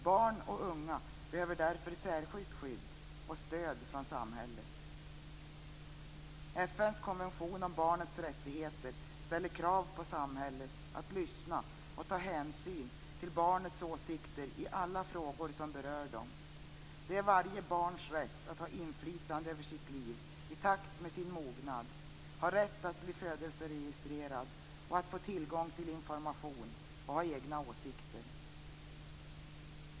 Barn och unga behöver därför särskilt skydd och stöd från samhället. FN:s konvention om barnets rättigheter ställer krav på samhället att lyssna och ta hänsyn till barnets åsikter i alla frågor som berör dem. Det är varje barns rätt att ha inflytande över sitt liv i takt med sin mognad och rätt att bli födelseregistrerad och att få tillgång till information och ha egna åsikter.